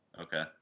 Okay